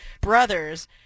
brothers